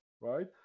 right